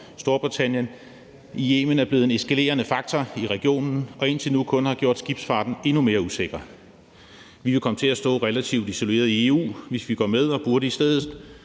Storbritannien i Yemen er blevet en eskalerende faktor i regionen og indtil nu kun har gjort skibsfarten endnu mere usikker. Vi vil komme til at stå relativt isoleret i EU, hvis vi går med, og burde i stedet